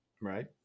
right